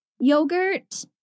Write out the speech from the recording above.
yogurt